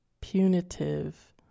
punitive